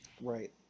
Right